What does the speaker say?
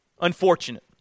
unfortunate